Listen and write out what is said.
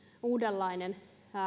uudenlainen